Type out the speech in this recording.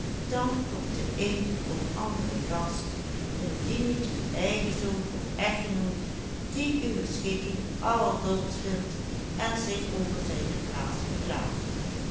dan komt de een of andere gast indien niet uw eigen zoon of echtgenoot die uwe schikking allerdolst vindt en zich over zijne plaats beklaagt